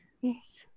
Yes